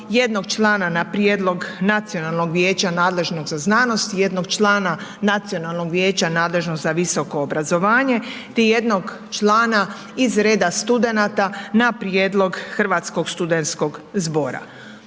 jednog člana na prijedlog Nacionalnog vijeća nadležnog za znanosti, jednog člana Nacionalnog vijeća nadležnog za visoko obrazovanje. Te jednog člana iz reda studenata, na prijedlog Hrvatskog studentskog zbora.